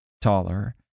taller